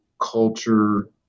culture